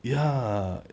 ya